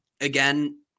again